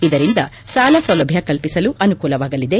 ಇದರಿಂದ ಸಾಲ ಸೌಲಭ್ಯ ಕಲ್ಪಿಸಲು ಅನುಕೂಲವಾಗಲಿದೆ